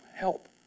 help